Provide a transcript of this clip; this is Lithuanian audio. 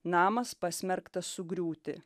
namas pasmerktas sugriūti